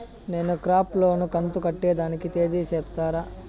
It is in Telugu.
నేను క్రాప్ లోను కంతు కట్టేదానికి తేది సెప్తారా?